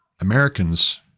Americans